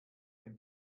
dem